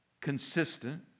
consistent